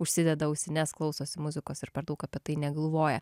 užsideda ausines klausosi muzikos ir per daug apie tai negalvoja